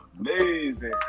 amazing